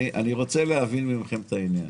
אני רוצה להבין מכם את העניין.